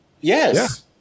Yes